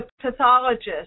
pathologist